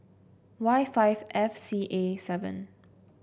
Y five F C A seven